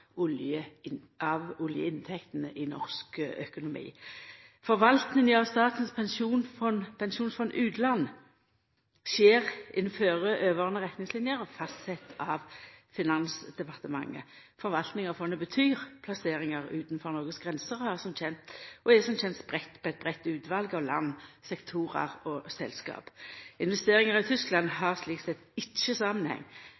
oljeinntektene i norsk økonomi. Forvaltinga av Statens pensjonsfond utland skjer innanfor overordna retningslinjer fastsette av Finansdepartementet. Forvaltinga av fondet betyr plasseringar utanfor Noregs grenser og som er, som kjent, spreidde på eit breitt utval av land, sektorar og selskap. Investeringar i Tyskland